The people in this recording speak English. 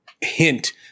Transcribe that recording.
hint